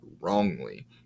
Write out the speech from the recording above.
wrongly